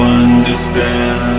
understand